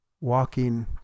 walking